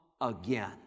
again